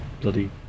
bloody